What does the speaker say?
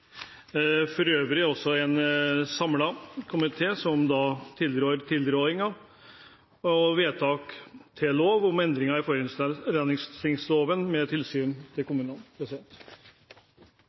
for øvrig også en samlet komité som tilrår tilrådingen og vedtak til lov om endringer i forurensningsloven med tilsyn til kommunene.